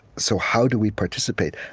so, how do we participate?